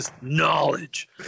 Knowledge